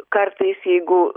kartais jeigu